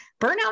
burnout